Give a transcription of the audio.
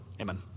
Amen